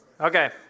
Okay